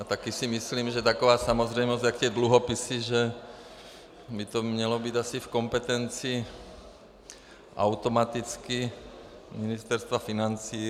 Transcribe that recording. A taky si myslím, že taková samozřejmost, jako jsou dluhopisy, že by to mělo být asi v kompetenci automaticky Ministerstva financí.